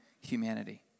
humanity